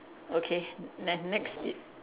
okay ne~ next it